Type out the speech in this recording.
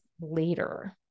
later